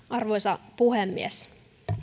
arvoisa puhemies